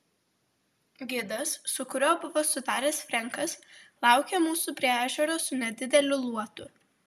gidas su kuriuo buvo sutaręs frenkas laukė mūsų prie ežero su nedideliu luotu